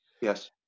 Yes